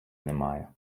немає